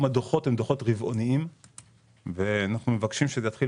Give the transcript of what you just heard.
גם הדוחות הם דוחות רבעוניים ואנחנו מבקשים שזה יתחיל